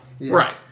Right